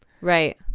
Right